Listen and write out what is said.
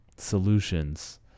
Solutions